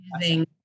using